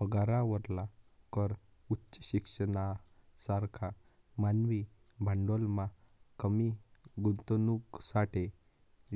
पगारावरला कर उच्च शिक्षणना सारखा मानवी भांडवलमा कमी गुंतवणुकसाठे